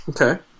Okay